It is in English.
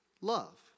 love